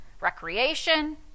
recreation